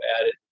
added